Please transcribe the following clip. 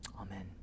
Amen